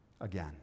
again